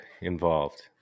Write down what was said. involved